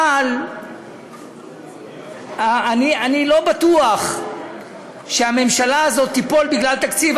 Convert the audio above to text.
אבל אני לא בטוח שהממשלה הזאת תיפול בגלל תקציב.